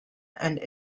and